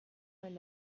mein